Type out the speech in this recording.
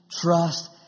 Trust